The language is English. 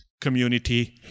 community